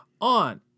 on